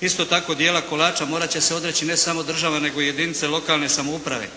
Isto tako dijela kolača morat će se odreći ne samo država nego jedinice lokalne samouprave,